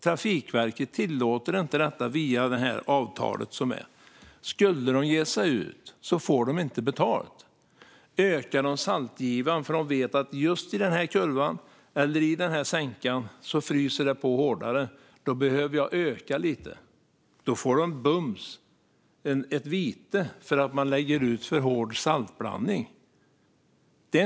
Trafikverket tillåter inte detta enligt det avtal som gäller. Om de ger sig ut får de inte betalt. Ökar de saltgivaren för att de vet att det i en viss kurva eller i en viss sänka fryser på hårdare drabbas de bums av ett vite för att de lägger ut för hård saltblandning.